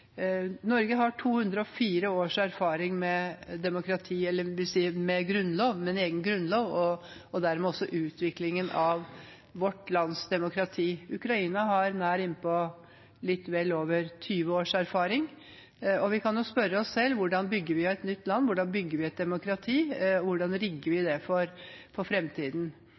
Norge har 204 års erfaring med egen grunnlov og dermed også med utviklingen av vårt lands demokrati. Ukraina har vel litt over 20 års erfaring. Vi kan jo spørre oss selv hvordan vi bygger et nytt land, hvordan vi bygger et demokrati, hvordan vi rigger det for framtiden. Det betyr at arbeidet i Europarådet for